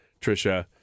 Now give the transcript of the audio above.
Trisha